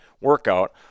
workout